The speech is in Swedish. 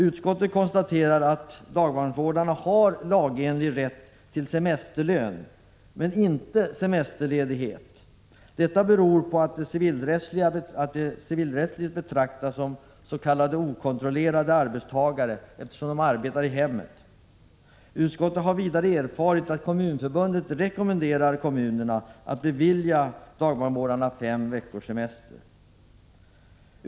Utskottet konstaterar att dagbarnvårdarna har lagenlig rätt till semesterlön men inte till semesterledighet. Detta beror på att de civilrättsligt betraktas som s.k. okontrollerade arbetstagare, eftersom de arbetar i hemmet. Utskottet har vidare erfarit att Kommunförbundet rekommenderar kommunerna att bevilja dagbarnvårdarna fem veckors semester.